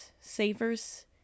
savers